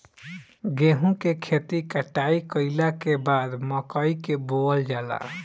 गेहूं के खेती कटाई कइला के बाद मकई के बोअल जाला